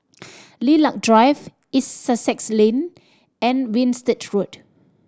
Lilac Drive East Sussex Lane and Winstedt Road